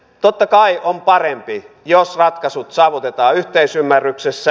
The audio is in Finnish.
totta kai on parempi jos ratkaisut saavutetaan yhteisymmärryksessä